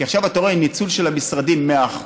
כי עכשיו אתה רואה ניצול של המשרדים של 100%,